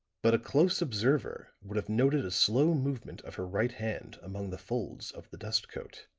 but a close observer would have noted a slow movement of her right hand among the folds of the dust coat